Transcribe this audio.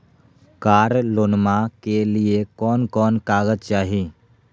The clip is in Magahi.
कार लोनमा के लिय कौन कौन कागज चाही?